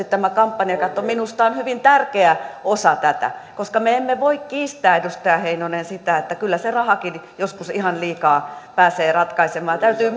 tämä kampanjakatto minusta on hyvin tärkeä osa tätä koska me emme voi kiistää edustaja heinonen sitä että kyllä se rahakin joskus ihan liikaa pääsee ratkaisemaan täytyy